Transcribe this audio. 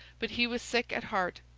but he was sick at heart.